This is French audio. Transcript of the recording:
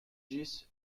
dix